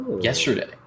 yesterday